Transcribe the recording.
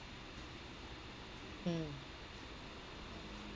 mm